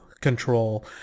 control